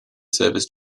servers